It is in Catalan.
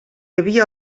havia